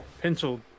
Pencil